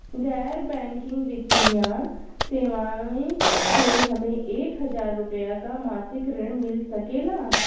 गैर बैंकिंग वित्तीय सेवाएं से हमके एक हज़ार रुपया क मासिक ऋण मिल सकेला?